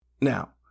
Now